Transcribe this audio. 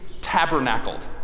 tabernacled